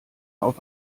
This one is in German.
auf